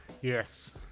Yes